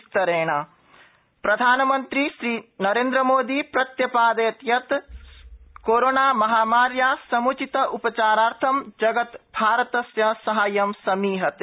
प्रधानमन्त्री प्रधानमन्त्री नरेन्द्रमोदी प्रत्य ादयत यत कोरोना महामार्याः सम्चित उ चारार्थं जगत भारतस्य साहाय्यं समीहते